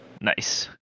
Nice